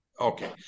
okay